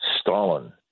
Stalin